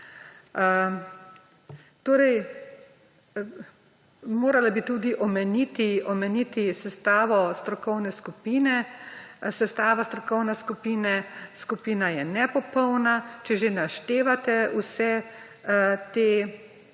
pojma. Morala bi tudi omeniti sestavo strokovne skupine. Sestava strokovne skupine je nepopolna. Če že naštevate vse te